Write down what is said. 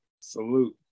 Salute